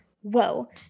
whoa